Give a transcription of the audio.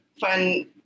fun